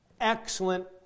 Excellent